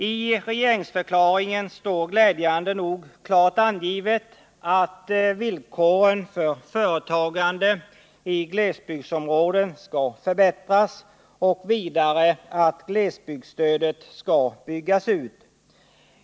I regeringsförklaringen står glädjande nog klart angivet att villkoren för företagande i glesbygdsområden skall förbättras och vidare att glesbygdsstödet skall byggas ut.